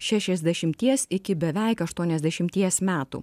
šešiasdešimties iki beveik aštuoniasdešimties metų